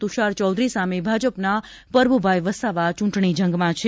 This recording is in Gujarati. તુષાર ચૌધરી સામે ભાજપના પરભુભાઈ વસાવા ચૂંટણી જંગમાં છે